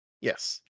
Yes